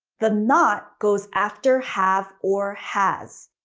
the not goes after have or has.